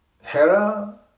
Hera